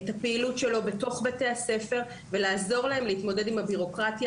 את הפעילות שלו בתוך בתי הספר ולעזור להם להתמודד עם הבירוקרטיה